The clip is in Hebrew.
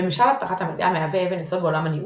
"ממשל אבטחת מידע" מהווה אבן יסוד בעולם הניהול,